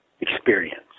experience